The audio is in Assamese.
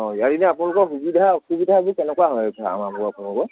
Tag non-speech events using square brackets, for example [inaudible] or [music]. অ আৰু এনে আপোনালোকৰ সুবিধা অসুবিধাবোৰ কেনেকুৱা হয় [unintelligible]